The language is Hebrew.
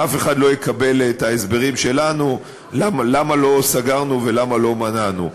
אף אחד לא יקבל את ההסברים שלנו למה לא סגרנו ולמה לא מנענו.